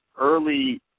early